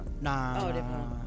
Nah